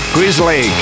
Grizzly